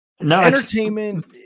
Entertainment